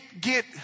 get